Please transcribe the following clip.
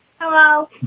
Hello